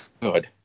good